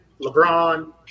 LeBron